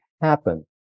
happen